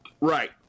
Right